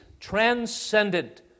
Transcendent